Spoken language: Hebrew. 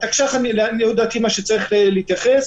בתקש"ח לעניות דעתי מה שצריך להתייחס